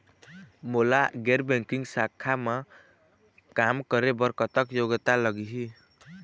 मोला गैर बैंकिंग शाखा मा काम करे बर कतक योग्यता लगही?